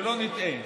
שלא נטעה,